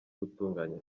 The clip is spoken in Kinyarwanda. gutunganya